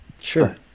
Sure